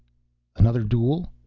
another duel?